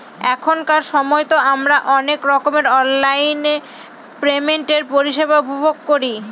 এখনকার সময়তো আমারা অনেক রকমের অনলাইন পেমেন্টের পরিষেবা উপভোগ করি